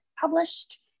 published